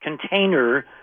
container